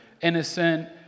innocent